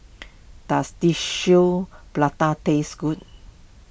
does Tissue Prata taste good